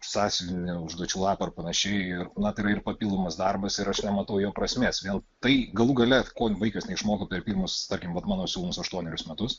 sąsiuvinį užduočių lapą ir panašiai na tai yra ir papildomas darbas ir aš nematau jo prasmės vėl tai galų gale kol vaikas neišmoko per pirmus tarkim vat mano siūlomus aštuonerius metus